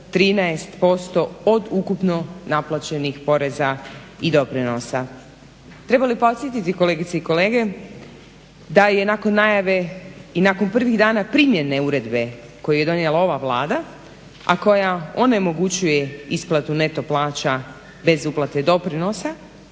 13% od ukupno naplaćenih poreza i doprinosa. Treba li podsjetiti kolegice i kolege da je nakon najave i nakon prvih dana primjene uredbe koju je donijela ova Vlada, a koja onemogućuje isplatu neto plaća bez uplate doprinosa